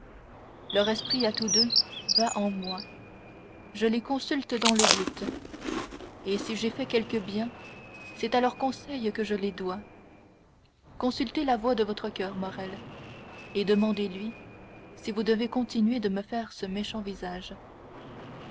leur esprit à tous deux vit en moi je les consulte dans le doute et si j'ai fait quelque bien c'est à leurs conseils que je le dois consultez la voix de votre coeur morrel et demandez-lui si vous devez continuer de me faire ce méchant visage